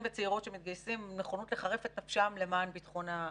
וצעירות שמתגייסים בנכונות לחרף את נפשם למען בטחון המדינה.